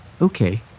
Okay